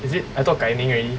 is it I thought 改名 already